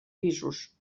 pisos